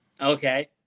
Okay